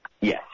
Yes